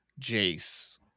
Jace